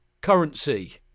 currency